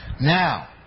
Now